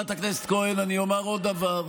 חברת הכנסת כהן, אני אומר עוד דבר.